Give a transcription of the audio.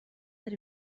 that